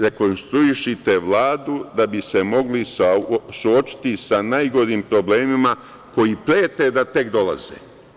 Rekonstruišite Vladu da bi se mogli suočiti sa najgorim problemima koji prete da tek dolaze.